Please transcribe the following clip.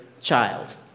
child